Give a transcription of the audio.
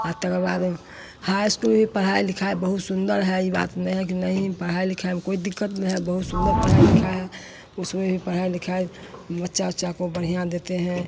आ तकर बाद high school भी पढ़ाई लिखाई बहुत सुन्दर है यह बात नहीं है कि नहीं पढ़ाई लिखाई में कोई दिक्कत नहीं है बहुत सुन्दर पढ़ाई लिखाई है उसमें भी पढ़ाई लिखाई बच्चा उच्चा को बढ़ियाँ देते हैं